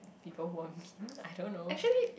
people who are mean I don't know